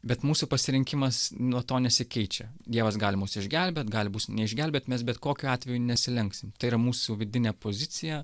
bet mūsų pasirinkimas nuo to nesikeičia dievas gali mus išgelbėt gali mūsų neišgelbėt mes bet kokiu atveju nesilenksim tai yra mūsų vidinė pozicija